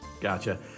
Gotcha